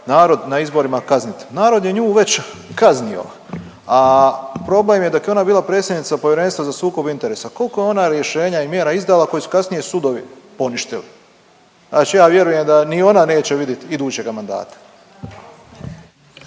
narod na izborima kazniti. Narod je nju već kaznio, a problem je dok je ona bila predsjednica Povjerenstva za sukob interesa, koliko je ona rješenja i mjera izdala koji su kasnije sudovi poništili? Znači ja vjerujem da ni ona neće vidit idućega mandata.